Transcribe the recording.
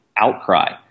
outcry